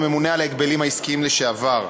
הממונה על ההגבלים העסקיים לשעבר.